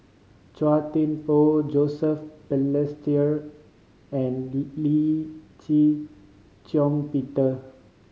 Chua Thian Poh Joseph Balestier and Lee Shih Shiong Peter